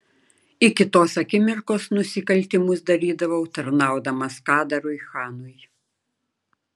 iki tos akimirkos nusikaltimus darydavau tarnaudamas kadarui chanui